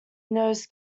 knows